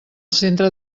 centre